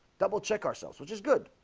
double-check ourselves which is good?